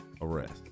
arrest